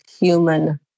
human